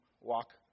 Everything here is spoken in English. walk